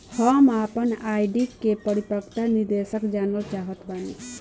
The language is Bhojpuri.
हम आपन आर.डी के परिपक्वता निर्देश जानल चाहत बानी